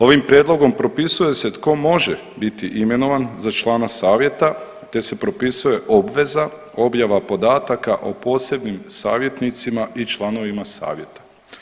Ovim prijedlogom propisuje se tko može biti imenovan za člana savjeta te se propisuje obveza objava podataka o posebnim savjetnicima i članovima savjeta.